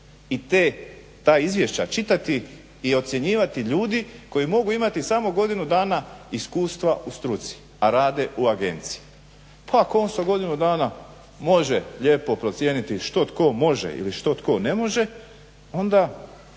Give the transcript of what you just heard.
i ta izvješća čitati i ocjenjivati ljudi koji mogu imati samo godinu dana iskustva u struci a rade u Agenciji. Ako on sa godinu dana može lijepo procijeniti što tko može ili što tko ne može onda